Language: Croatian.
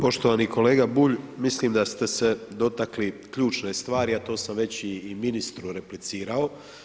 Poštovani kolega Bulj, mislim da ste se dotakli ključne stvari, a to sam već i ministru replicirao.